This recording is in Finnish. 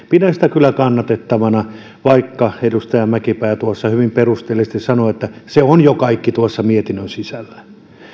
pidän kyllä kannatettavana vaikka edustaja mäkipää tuossa hyvin perusteellisesti sanoi että se on jo kaikki tuossa mietinnön sisällä